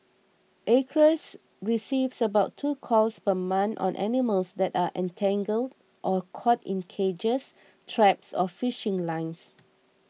acres receives about two calls per month on animals that are entangled or caught in cages traps or fishing lines